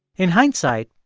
in hindsight,